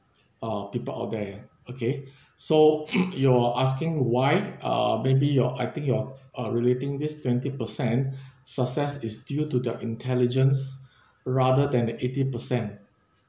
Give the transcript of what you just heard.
uh people out there okay so you're asking why uh maybe your I think you're uh relating this twenty percent success is due to their intelligence rather than the eighty percent